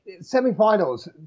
semi-finals